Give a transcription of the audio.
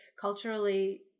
culturally